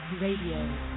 Radio